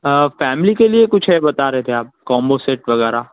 family کے لئے کچھ ہے بتا رہے تھے آپ کامبو سیٹ وغیرہ